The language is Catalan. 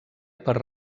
per